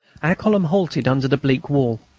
our column halted under the bleak wall.